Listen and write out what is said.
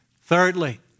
Thirdly